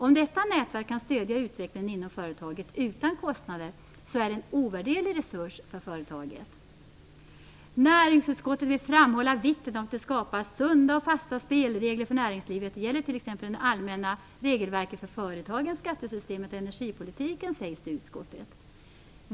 Om detta nätverk kan stödja utvecklingen inom företaget utan kostnader, är det en ovärderlig resurs för företaget. Näringsutskottet vill framhålla vikten av att det skapas sunda och fasta spelregler för näringslivet. Det gäller t.ex. det allmänna regelverket för företagen, skattesystemet och energipolitiken, sägs det i utskottet.